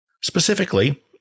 Specifically